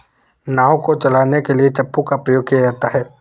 नाव को चलाने के लिए चप्पू का प्रयोग किया जाता है